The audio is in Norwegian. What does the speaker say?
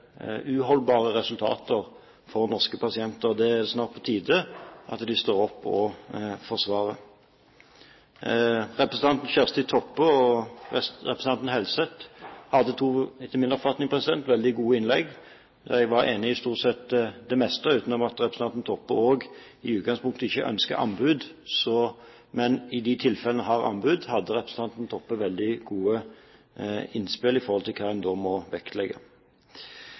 uholdbare resultater for norske pasienter. Det er snart på tide at de står opp og forsvarer det. Representanten Kjersti Toppe og representanten Helseth hadde etter min oppfatning veldig gode innlegg. Jeg er enig i stort sett det meste, bortsett fra at representanten Toppe i utgangspunktet ikke ønsker anbud. Men i de tilfellene hvor man har anbud, hadde representanten Toppe veldig gode innspill til hva man da må vektlegge.